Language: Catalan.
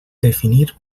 definir